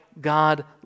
God